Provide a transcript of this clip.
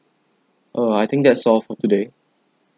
uh I think that's all for today